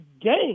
game